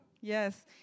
Yes